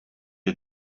you